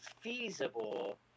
feasible